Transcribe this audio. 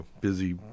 busy